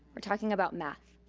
we're taking about math.